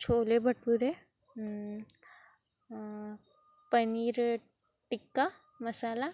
chole bhature paneer tikka मसाला